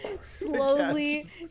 slowly